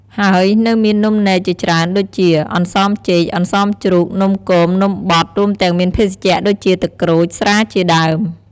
ហើយនៅមាននំនេកជាច្រើនដូចជា អន្សមចេក អន្សមជ្រូក នំគម នំបត់ រួមទាំងមានភេសជ្ជៈដូចជាទឹកក្រូច ស្រាជាដើម...។